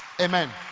Amen